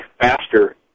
faster